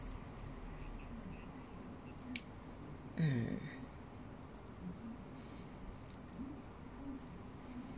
mm